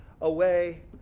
away